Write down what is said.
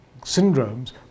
syndromes